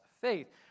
faith